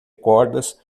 cordas